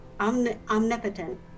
omnipotent